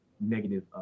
negative